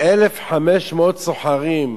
1,500 סוחרים.